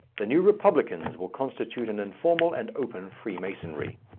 the new republicans will constitute an informal and open freemasonry.